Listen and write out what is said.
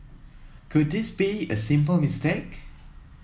could this be a simple mistake